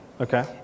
Okay